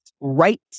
right